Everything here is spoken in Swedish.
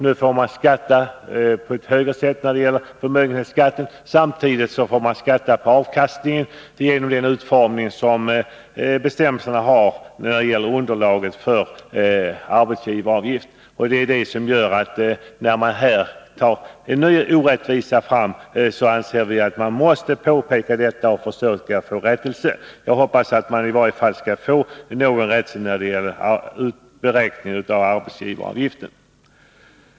De får förutom förmögenhetsskatt också betala arbetsgivaravgift för avkastningen genom den utformning som bestämmelserna har när det gäller framtagandet av underlaget för arbetsgivaravgift. När det nu uppstår en ny orättvisa anser vi att man måste påpeka detta och försöka få rättelse. Jag hoppas att vi i varje fall skall få någon rätsida när det gäller beräkning av arbetsgivaravgiften.